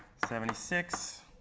seventy six,